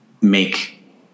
make